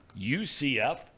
UCF